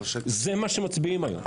זה מה שמצביעים היום.